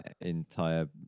entire